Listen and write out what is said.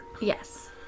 Yes